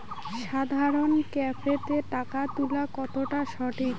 সাধারণ ক্যাফেতে টাকা তুলা কতটা সঠিক?